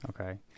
Okay